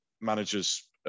manager's